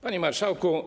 Panie Marszałku!